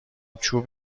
چوب